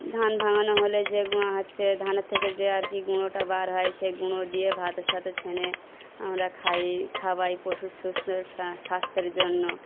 ধান ভাঙানো হলে যে হচ্ছে ধানের থেকে যে আর কি গুঁড়োটা বার হয় সেই গুঁড়ো দিয়ে ভাতের সাথে ছেনে আমরা খাই খাওয়াই পশুর সুস্থ স্বাস্থ্যের জন্য